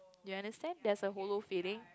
you understand there's a hollow feeling